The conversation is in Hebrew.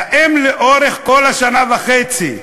האם לאורך כל השנה וחצי,